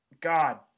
God